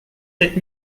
sept